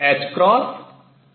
h2 है